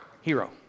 hero